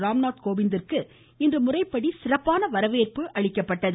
ராம்நாத் கோவிந்திற்கு இன்று முறைப்படி வரவேற்பு அளிக்கப்பட்டது